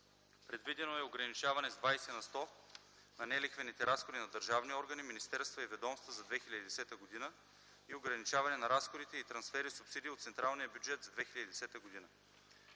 Предвидено е ограничаване с 20 на сто от нелихвените разходи на държавни органи, министерства и ведомства за 2010 г. и ограничаване на разходите и трансфери/субсидии от централния бюджет за 2010 г.